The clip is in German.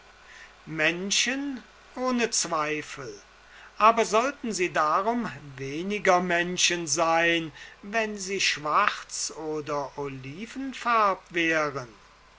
menschen ohne zweifel aber sollten sie darum weniger menschen sein wenn sie schwarz oder olivenfarb